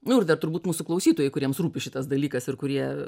nu ir dar turbūt mūsų klausytojai kuriems rūpi šitas dalykas ir kurie